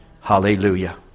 Hallelujah